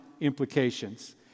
implications